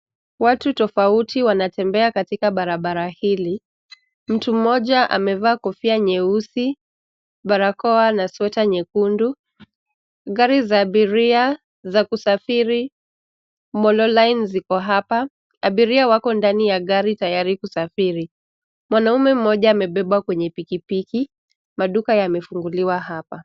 Watu tofauti wanatembea katika barabara hili. Mtu mmoja amevaa kofia nyeusi, barakoa na sweta nyekundu. Gari za abiria za kusafiri molo line ziko hapa. Abiria wako ndani ya gari tayari kusafiri. Mwanaume mmoja amebebwa kwenye pikipiki, maduka yamefunguliwa hapa.